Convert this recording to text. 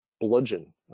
bludgeon